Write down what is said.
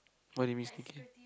what do you mean sneaky